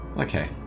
Okay